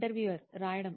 interviewer రాయడం